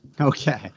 Okay